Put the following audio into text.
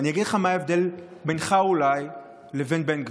אני אגיד לך מה ההבדל בינך, אולי, לבין בן גביר.